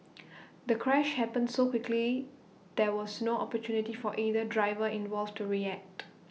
the crash happened so quickly there was no opportunity for either driver involved to react